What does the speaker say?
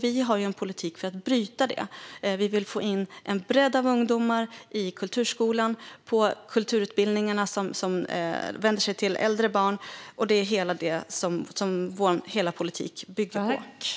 Vi har en politik för att bryta detta. Vi vill få in en bredd av ungdomar i kulturskolan och på kulturutbildningarna som vänder sig till äldre barn. Det är det som hela vår politik bygger på.